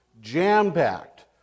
jam-packed